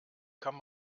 kann